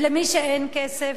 ולמי שאין כסף?